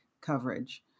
coverage